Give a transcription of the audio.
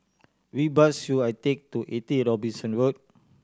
which bus should I take to Eighty Robinson Road